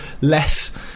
less